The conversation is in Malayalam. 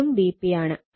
ഇതും Vp ആണ്